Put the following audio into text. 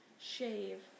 shave